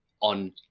on